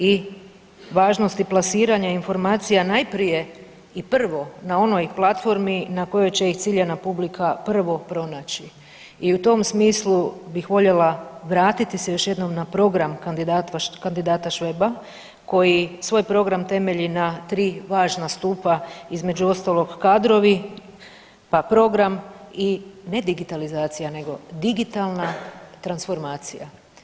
I važnosti plasiranja informacija najprije i prvo na onoj platformi na kojoj će ih ciljana publika prvo pronaći i u tom smislu bih voljela vratiti se još jednom na program kandidata Šveba, koji svoj program temelji na tri važna stupa između ostalog kadrovi, pa program i, ne digitalizacija, nego digitalna transformacija.